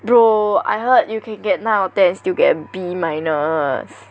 bro I heard you can get nine or ten and still get a B minus